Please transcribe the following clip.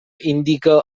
indica